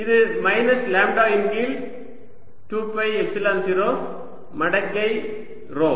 இது minus lambda இன் கீழ் 2 பை எப்சிலன் 0 மடக்கை ρ